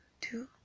two